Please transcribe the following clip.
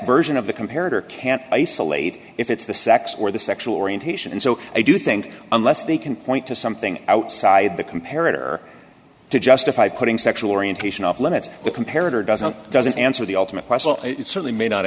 version of the compared her can't isolate if it's the sex or the sexual orientation and so i do think unless they can point to something outside the comparative to justify putting sexual orientation off limits the comparative doesn't doesn't answer the ultimate question it certainly may not